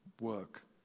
work